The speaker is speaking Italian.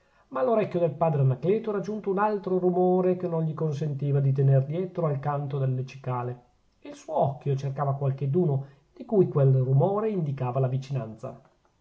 ma all'orecchio del padre anacleto era giunto un altro rumore che non gli consentiva di tener dietro al canto delle cicale e il suo occhio cercava qualcheduno di cui quel rumore indicava la vicinanza